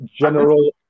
General